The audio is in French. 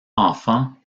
enfant